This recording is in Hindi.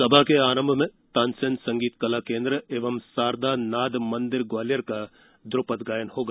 सभा के प्रारंभ में तानसेन संगीत कला केन्द्र एवं सारदा नाद मंदिर ग्वालियर का धूपद गायन होगा